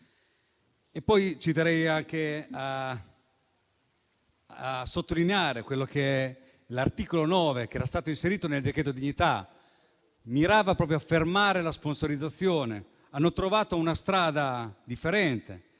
Ci terrei anche a sottolineare l'articolo 9 che era stato inserito nel decreto-legge dignità, che mirava proprio a fermare la sponsorizzazione. Hanno trovato una strada differente: